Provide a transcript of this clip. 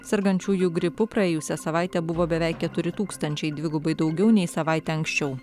sergančiųjų gripu praėjusią savaitę buvo beveik keturi tūkstančiai dvigubai daugiau nei savaitę anksčiau